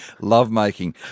lovemaking